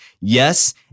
yes